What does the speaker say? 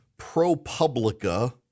ProPublica